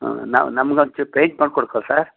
ಹಾಂ ನಾವು ನಮ್ಗೆ ಒಂಚೂರು ಪೇಂಯ್ಟ್ ಮಾಡಿಕೊಡ್ಕು ಸರ್